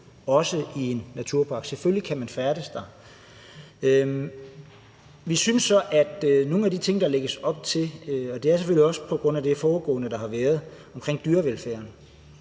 cykle i en naturpark. Selvfølgelig kan man færdes der. I forhold til nogle af de ting, der lægges op til – og det er selvfølgelig også på grund af det foregående, der har været omkring dyrevelfærden